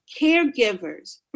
caregivers